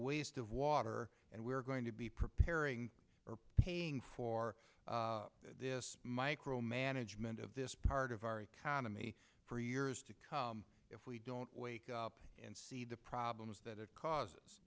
waste of water and we're going to be preparing for paying for this micromanagement of this part of our economy for years to come if we don't wake up and see the problems that are caus